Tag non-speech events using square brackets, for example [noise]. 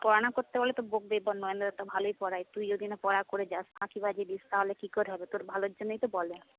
পড়া না করতে পারলে তো বকবেই [unintelligible] নয়নদা তো ভালোই পড়ায় তুই যদি না পড়া করে যাস ফাঁকিবাজি দিস তাহলে কি করে হবে তোর ভালোর জন্যেই তো বলে